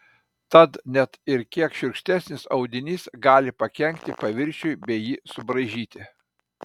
tad net ir kiek šiurkštesnis audinys gali pakenkti paviršiui bei jį subraižyti